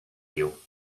you